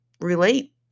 relate